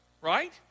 right